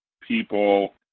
people